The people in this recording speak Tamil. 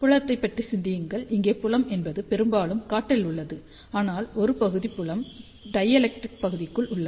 புலத்தைப் பற்றி சிந்தியுங்கள் இங்கே புலம் என்பது பெரும்பாலும் காற்றில் உள்ளது ஆனால் ஒரு பகுதி புலம் டைஎலெக்டிரிக் பகுதிக்குள் உள்ளது